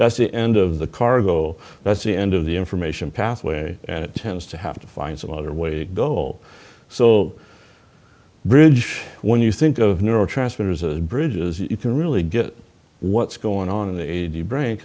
that's the end of the cargo that's the end of the information pathway and it tends to have to find some other way to go so bridge when you think of neurotransmitters as bridges you can really get what's going on in the eighty bra